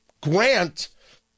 grant